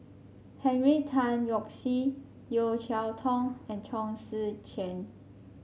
Henry Tan Yoke See Yeo Cheow Tong and Chong Tze Chien